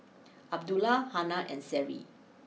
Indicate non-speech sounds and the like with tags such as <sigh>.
<noise> Abdullah Hana and Seri